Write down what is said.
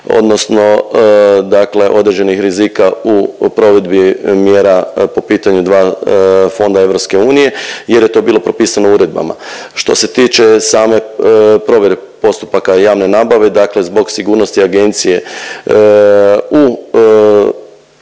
odnosno dakle određenih rizika u provedbi mjera po pitanju dva fonda EU jer je to bilo propisano uredbama. Što se tiče same provjere postupaka javne nabave dakle zbog sigurnosti agencije u samo